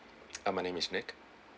uh my name is nick